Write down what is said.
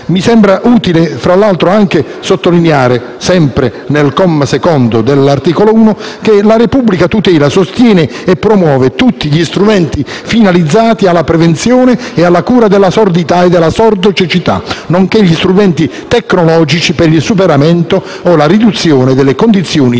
Mi sembra utile, tra l'altro, anche sottolineare, ancora al comma secondo dell'articolo 1, che «la Repubblica tutela, sostiene e promuove tutti gli strumenti finalizzati alla prevenzione e alla cura della sordità e della sordocecità, nonché gli strumenti tecnologici per il superamento o la riduzione delle condizioni di svantaggio»